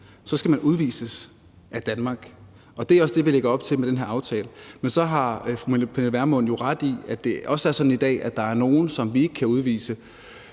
så skal man udvises af Danmark, og det er også det, vi lægger op til med den her aftale. Men så har fru Pernille Vermund jo ret i, at det også er sådan i dag, at der er nogle, som vi ikke kan udvise,